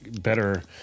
better